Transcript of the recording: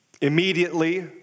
immediately